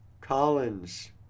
Collins